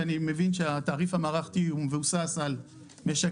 שאני מבין שהתעריף המערכתי מבוסס על משק